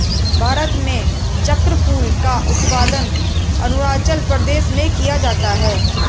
भारत में चक्रफूल का उत्पादन अरूणाचल प्रदेश में किया जाता है